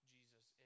Jesus